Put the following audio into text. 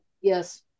Yes